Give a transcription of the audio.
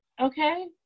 okay